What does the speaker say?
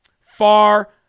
Far